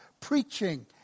preaching